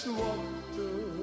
water